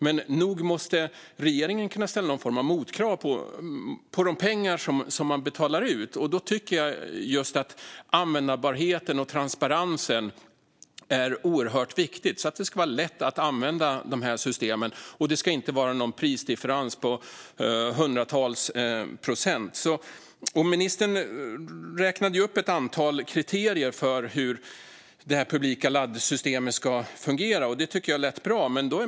Regeringen måste ändå kunna ställa någon form av motkrav på de pengar som man betalar ut, och då tycker jag att just användbarhet och transparens är oerhört viktigt. Det ska vara lätt att använda de här systemen, och det ska inte vara någon prisdifferens på hundratals procent. Ministern räknade upp ett antal kriterier för hur det här publika laddsystemet ska fungera, och det tycker jag lät bra.